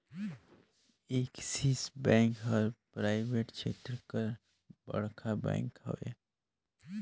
axis Bank हर private छेत्र कर बड़खा बेंक हवे